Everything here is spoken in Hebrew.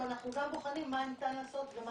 אבל אנחנו גם בוחנים מה ניתן לעשות ומה